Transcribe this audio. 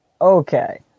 Okay